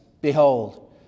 behold